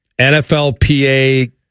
NFLPA